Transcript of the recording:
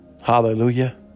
Hallelujah